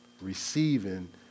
receiving